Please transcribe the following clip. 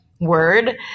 Word